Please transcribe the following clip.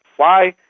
why?